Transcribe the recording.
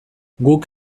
guk